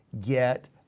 get